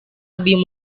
lebih